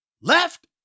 left